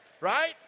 Right